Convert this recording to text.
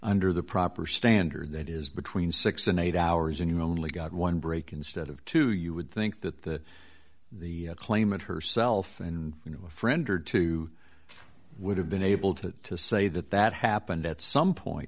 under the proper standard that is between six and eight hours and you only got one break instead of two you would think that the the claimant herself and you know a friend or two would have been able to say that that happened at some point